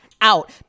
out